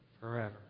forever